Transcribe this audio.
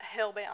hellbound